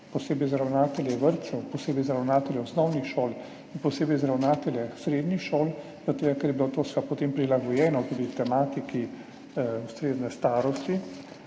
posebej za ravnatelje vrtcev, posebej za ravnatelje osnovnih šol in posebej za ravnatelje srednjih šol, zaradi tega, ker je bilo to potem prilagojeno tudi tematiki ustrezne starosti.